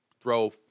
throw